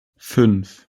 fünf